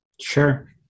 sure